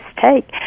take